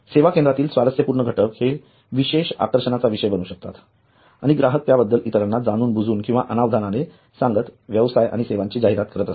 सेवा केंद्रातील स्वारस्य पूर्ण घटक हे विशेष आकर्षणाचा विषय बनू शकतात आणि ग्राहक त्याबद्दल इतरांना जाणूनबुजून किंवा अनावधानाने सांगत व्यवसाय आणि सेवांची जाहिरात करत असतात